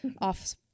off